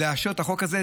לאשר את החוק הזה,